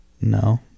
No